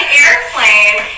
airplane